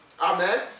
amen